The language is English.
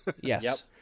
Yes